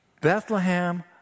Bethlehem